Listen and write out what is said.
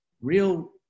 real